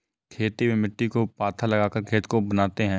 खेती में मिट्टी को पाथा लगाकर खेत को बनाते हैं?